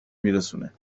میرسونه